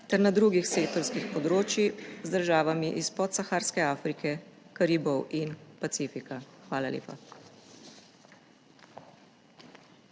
ter na drugih sektorskih področjih z državami iz podsaharske Afrike, Karibov in Pacifika. Hvala lepa.